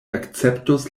akceptos